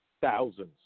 thousands